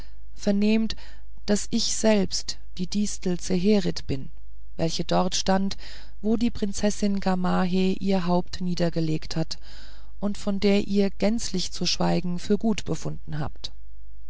vernehmt daß ich selbst die distel zeherit bin welche dort stand wo die prinzessin gamaheh ihr haupt niedergelegt hatte und von der ihr gänzlich zu schweigen für gut befunden habt